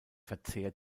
verzehr